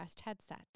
headset